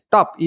Top